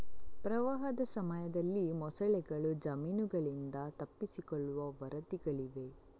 ಪ್ರವಾಹದ ಸಮಯದಲ್ಲಿ ಮೊಸಳೆಗಳು ಜಮೀನುಗಳಿಂದ ತಪ್ಪಿಸಿಕೊಳ್ಳುವ ವರದಿಗಳಿವೆ